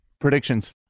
Predictions